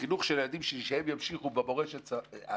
החינוך של הילדים שלי הוא שהם ימשיכו במורשת סבא.